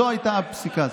זו הייתה הפסיקה.